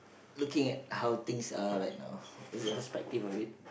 looking at how things are right now the perspective of it